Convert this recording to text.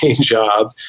job